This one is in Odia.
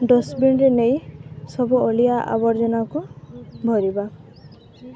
ଡଷ୍ଟବିନ୍ରେ ନେଇ ସବୁ ଅଳିଆ ଆବର୍ଜନାକୁ ଭରିବା